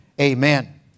Amen